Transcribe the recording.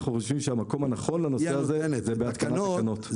אנחנו חושבים שהמקום הנכון לנושא הזה זה בהתקנת תקנות.